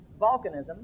volcanism